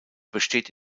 besteht